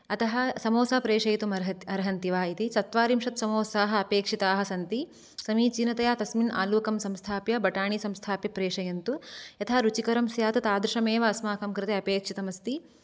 अतः समोसा प्रेषयितुम् अर्हति अर्हन्ति वा इति चत्वारिंशत् समोसाः अपेक्षिताः सन्ति समीचीनतया तस्मिन् आलुकं संस्थाप्य बटाणि संस्थाप्य प्रेषयन्तु यथा रुचिकरं स्यात् तादृशम् एव अस्माकं कृते अपेक्षितम् अस्ति